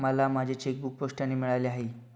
मला माझे चेकबूक पोस्टाने मिळाले आहे